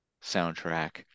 soundtrack